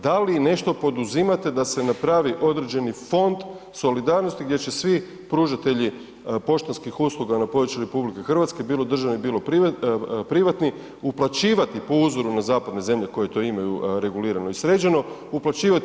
Da li nešto poduzimate da se napravi određeni fond solidarnosti gdje će svi pružatelji poštanskih usluga na području RH, bilo državni bilo privatni, uplaćivati po uzoru na zapadne zemlje koje to imaju regulirano i sređeno, uplaćivati